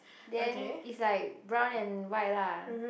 then is like brown and white lah